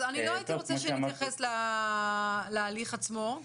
אני לא הייתי רוצה שנתייחס להליך עצמו,